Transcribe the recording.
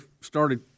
started